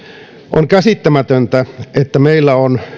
on käsittämätöntä että meillä on